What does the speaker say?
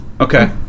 Okay